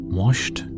washed